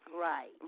Right